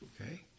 okay